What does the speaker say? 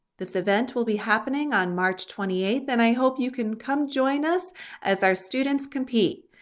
this event will be happening on march twenty eighth. then i hope you can come join us as our students compete.